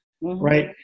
right